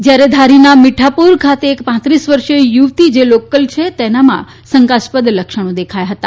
જ્યારે ધારીના મીઠાપુર નક્કી ખાતે એક કર્ષીય વર્ષીય યુવતી જે લોકલ છે તેનામાં શંકાસ્પદ આ લક્ષણો દેખાયા હતા